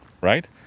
right